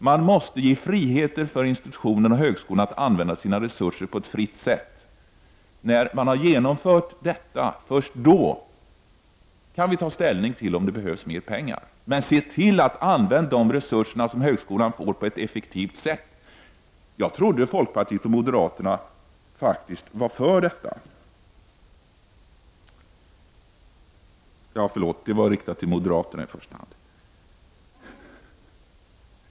Man måste ge institutionerna och högskolorna möjlighet att använda sina resurser på ett fritt sätt. Först när man har genomfört det kan vi ta ställning till om det behövs mer pengar. Men se till att de resurser som högskolan får används på ett effektivt sätt! Jag trodde faktiskt att folkpartiet och moderaterna var för detta. Förlåt — det var i första hand riktat till moderaterna.